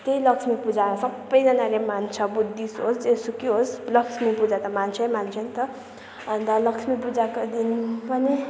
त्यही लक्ष्मी पूजा सबैजनाले मान्छ बुद्धिस्ट होस् जेसुकै होस् लक्ष्मी पूजा त मान्छै मान्छ नि त अन्त लक्ष्मी पूजाको दिन पनि